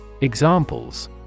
Examples